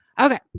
Okay